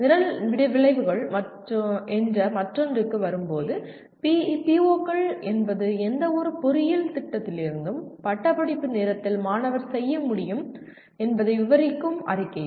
நிரல் விளைவுகள் என்ற மற்றொன்றுக்கு வரும்போது PO க்கள் என்பது எந்தவொரு பொறியியல் திட்டத்திலிருந்தும் பட்டப்படிப்பு நேரத்தில் மாணவர் என்ன செய்ய முடியும் என்பதை விவரிக்கும் அறிக்கைகள்